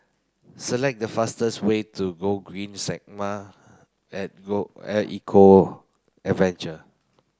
select the fastest way to Gogreen Segway at at Eco Adventure